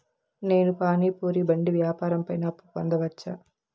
నేను పానీ పూరి బండి వ్యాపారం పైన అప్పు పొందవచ్చా?